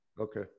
Okay